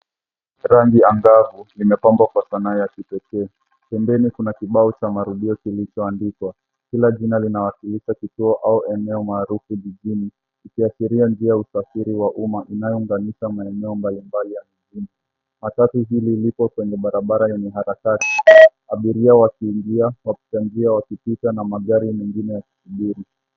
Rangi angavu imepambwa kwa sanaa ya kipekee. Pembeni kuna kibao cha marudio kilichoandikwa. Kila jina linawakilisha kituo au eneo maarufu jijini, ikiashiria njia ya usafiri wa umma inayounganisha maeneo mbalimbali ya mjini. Matatu hili lipo kwenye barabara yenye harakati, abiria wakiingia, wapitanjia wakipita na magari mengine yakisubiri.